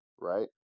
right